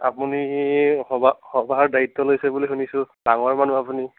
আপুনি সভা সভাৰ দায়িত্ব লৈছে বুলি শুনিছোঁ ডাঙৰ মানুহ আপুনি